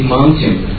Mountain